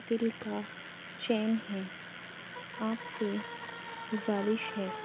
دِل کا چین ہیں آپ سے گزارش ہے